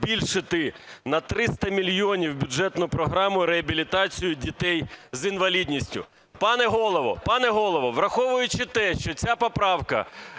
на 300 мільйонів бюджетну програму "Реабілітація дітей з інвалідністю". Пане Голово, враховуючи те, що ця поправка